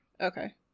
Okay